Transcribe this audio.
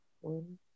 One